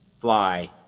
fly